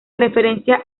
referencia